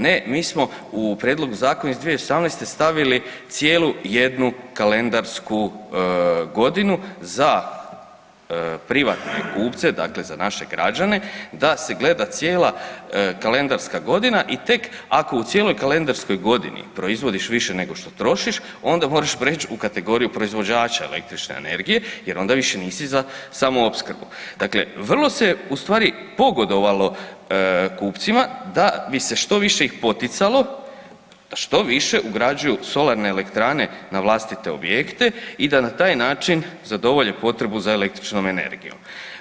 Ne, mi smo u prijedlogu zakona iz 2018. stavili cijelu jednu kalendarsku godinu za privatne kupce dakle za naše građane da se gleda cijela kalendarska godina i tek ako u cijeloj kalendarskoj godini proizvodiš više nego što trošiš, onda moraš preći u kategoriju proizvođača elektronične energije jer onda više nisi za samoopskrbu, dakle vrlo se ustvari pogodovalo kupcima da bi se što više ih poticalo da što više ugrađuju solarne elektrane na vlastite objekte i da na taj način zadovolje potrebu za elektroničnom energijom.